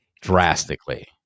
drastically